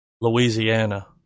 Louisiana